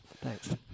Thanks